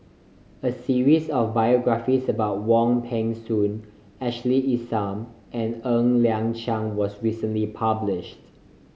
a series of biographies about Wong Peng Soon Ashley Isham and Ng Liang Chiang was recently published